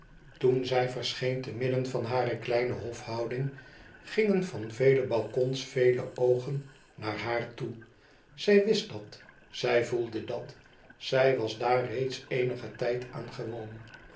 toen zij verscheen te midden van hare kleine hofhouding gingen van vele balkons vele oogen naar haar toe zij wist dat zij voelde dat zij was daar reeds eenigen tijd aan gewoon